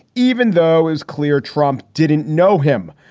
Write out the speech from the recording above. even though is clear, trump didn't know him.